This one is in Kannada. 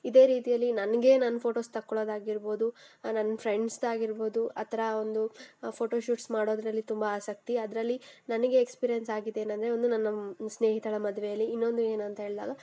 ಇದೇ ರೀತಿಯಲ್ಲಿ ನನಗೆ ನನ್ನ ಫೋಟೋಸ್ ತಗೊಳ್ಳೋದಾಗಿರ್ಬೋದು ನನ್ನ ಫ್ರೆಂಡ್ಸ್ದಾಗಿರ್ಬೋದು ಆ ಥರ ಒಂದು ಫೋಟೋ ಶೂಟ್ಸ್ ಮಾಡೋದರಲ್ಲಿ ತುಂಬ ಆಸಕ್ತಿ ಅದರಲ್ಲಿ ನನಗೆ ಎಕ್ಸ್ಪೀರಿಯೆನ್ಸ್ ಆಗಿದ್ದು ಏನೆಂದರೆ ಒಂದು ನನ್ನ ಸ್ನೇಹಿತಳ ಮದುವೇಲಿ ಇನ್ನೊಂದು ಏನು ಅಂತ ಹೇಳಿದಾಗ